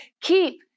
Keep